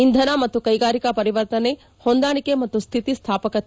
ಇಂಧನ ಮತ್ತು ಕೈಗಾರಿಕಾ ಪರಿವರ್ತನೆ ಹೊಂದಾಣಿಕೆ ಮತ್ತು ಸ್ವಿತಿ ಸ್ವಾಪಕತ್ತ